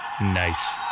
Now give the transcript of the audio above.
Nice